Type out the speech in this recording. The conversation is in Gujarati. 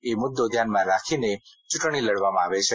એ મુદ્દો ધ્યાનમાં લાખીને ચૂંટણી લડવામાં આવે છે